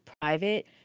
private